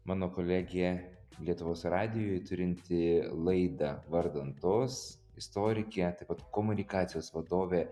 mano kolegė lietuvos radijuj turinti laidą vardan tos istorikė taip pat komunikacijos vadovė